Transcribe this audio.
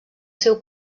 seu